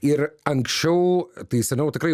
ir anksčiau tai seniau tikrai